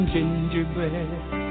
Gingerbread